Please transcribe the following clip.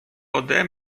ode